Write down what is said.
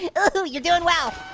yeah so you're doing well.